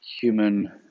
human